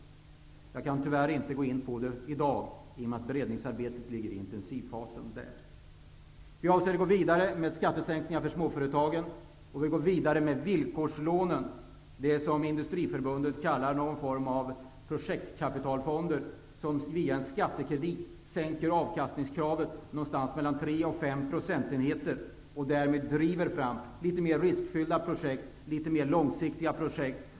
Jag kan tyvärr inte i dag gå in på propositionens innehåll, i och med att arbetet med den nu befinner sig i sin intensivfas. Vi avser gå vidare med skattesänkningar för småföretagen, och vi går vidare med villkorslånen, det som Industriförbundet kallar någon form av projektkapitalfonder och som via en skattekredit sänker avkastningskravet med mellan 3 och 5 procentenheter. Därmed drivs litet mer riskfyllda och litet mer långsiktiga projekt fram.